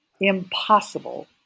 impossible